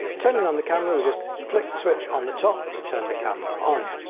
turning on the camera we'll just flick the switch on the top to turn the camera on.